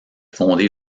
fondé